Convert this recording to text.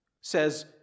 says